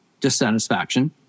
dissatisfaction